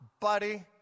buddy